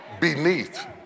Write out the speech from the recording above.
beneath